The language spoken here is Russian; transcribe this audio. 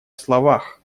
словах